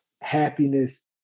happiness